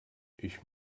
ich